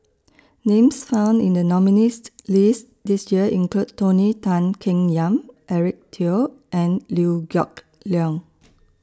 Names found in The nominees' list This Year include Tony Tan Keng Yam Eric Teo and Liew Geok Leong